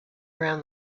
around